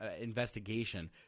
investigation